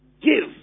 Give